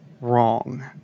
wrong